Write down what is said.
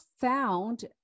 found